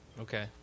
Okay